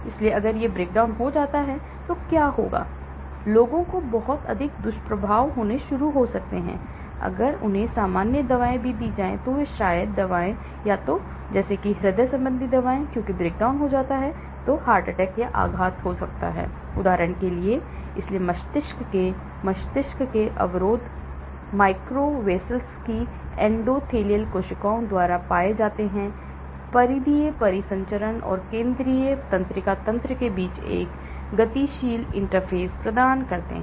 इसलिए अगर यह breakdown हो जाता है तो क्या होता है लोगों को बहुत अधिक दुष्प्रभाव होने शुरू हो सकते हैं अगर उन्हें सामान्य दवाएं भी दी जाएं तो शायद दवाएं या हृदय संबंधी दवाएं क्योंकि breakdown हो जाता है आघात उदाहरण के लिए इसलिए मस्तिष्क के अवरोध मस्तिष्क के माइक्रोवेसल्स की एंडोथेलियल कोशिकाओं द्वारा पाए जाते हैं परिधीय परिसंचरण और केंद्रीय तंत्रिका तंत्र के बीच एक गतिशील इंटरफ़ेस प्रदान करते हैं